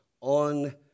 On